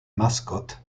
mascot